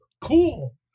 cool